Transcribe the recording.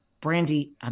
Brandy